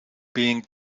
being